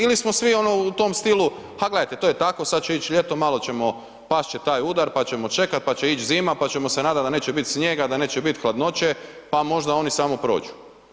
Ili smo svi ono u tom stilu, ha gledajte, to je tako, sad će ići ljeto, malo ćemo, past će taj udar, pa ćemo čekati, pa će ići zima, pa ćemo se nadati da neće biti snijega, da neće biti hladnoće pa možda oni samo prođu.